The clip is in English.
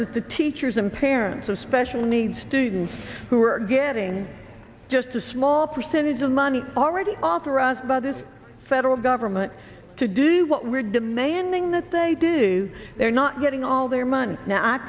that the teachers and parents of special needs students who are getting just a small percentage of money already authorized by this federal government to do what we're demanding that they do they're not getting all their money now